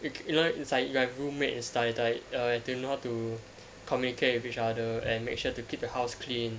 if you know it's like with your roommate is die die err have to know how to communicate with each other and make sure to keep the house clean